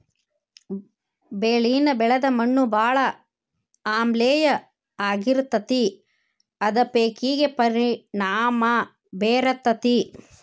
ಬೆಳಿನ ಬೆಳದ ಮಣ್ಣು ಬಾಳ ಆಮ್ಲೇಯ ಆಗಿರತತಿ ಅದ ಪೇಕಿಗೆ ಪರಿಣಾಮಾ ಬೇರತತಿ